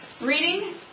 Reading